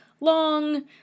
long